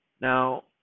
Now